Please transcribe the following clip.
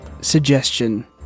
suggestion